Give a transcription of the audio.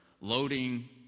loading